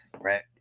right